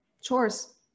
Chores